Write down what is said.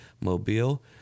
Mobile